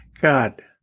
God